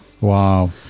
Wow